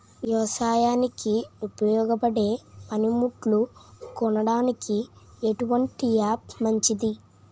వ్యవసాయానికి ఉపయోగపడే పనిముట్లు కొనడానికి ఎటువంటి యాప్ మంచిది?